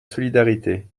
solidarité